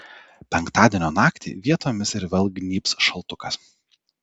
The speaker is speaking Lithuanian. penktadienio naktį vietomis ir vėl gnybs šaltukas